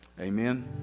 Amen